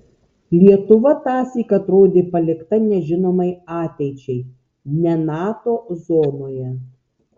lietuva tąsyk atrodė palikta nežinomai ateičiai ne nato zonoje